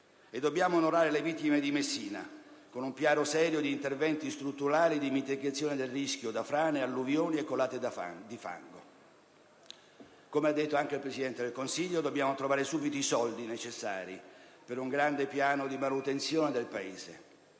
dobbiamo onorare le vittime di Messina con un piano serio di interventi strutturali di mitigazione del rischio da frane, alluvioni e colate di fango. Come ha detto anche il Presidente del Consiglio, dobbiamo trovare subito i soldi necessari per un grande piano di manutenzione del Paese,